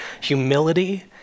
humility